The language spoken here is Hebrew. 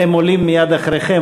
הם עולים מייד אחריכם,